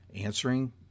answering